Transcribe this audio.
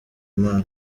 impano